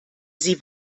sie